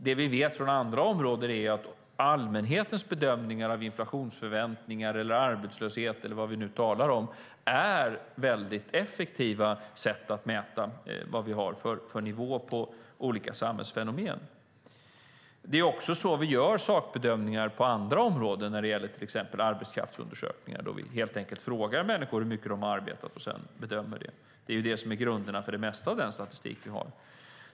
Det vi vet från andra områden är att allmänhetens bedömningar av inflationsförväntningar, arbetslöshet eller vad vi nu talar om är effektiva sätt att mäta vad vi har för nivå på olika samhällsfenomen. Det är också så vi gör sakbedömningar på andra områden när det gäller till exempel arbetskraftsundersökningar. Då frågar vi helt enkelt människor hur mycket de arbetar, och sedan bedömer vi det. Det är det som är grunderna för det mesta av den statistik vi har.